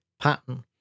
pattern